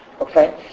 Okay